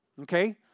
Okay